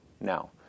Now